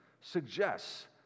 suggests